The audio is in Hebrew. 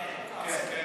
כן, כן.